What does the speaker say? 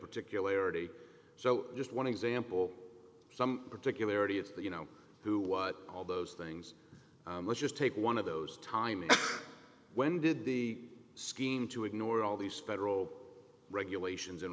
particular already so just one example some particularities of you know who what all those things let's just take one of those time when did the scheme to ignore all these federal regulations and